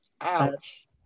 Ouch